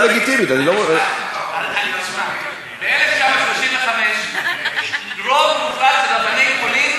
אבל שאלה חברת סויד דבר אמיתי: האם גדולי הרבנים כמו הרב קוק,